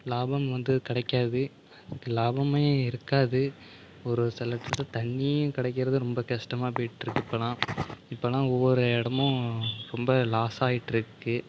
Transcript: லாபம் வந்து கிடைக்காது அதுக்கு லாபமே இருக்காது ஒரு சில இடத்தில் தண்ணியும் கிடைக்கிறது ரொம்ப கஷ்டமா போய்கிட்டு இருக்குது இப்போவெல்லாம் இப்போெவல்லாம் ஒவ்வொரு இடமும் ரொம்ப லாஸ் ஆகிட்டு இருக்குது